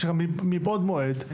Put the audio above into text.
מבעוד מועד,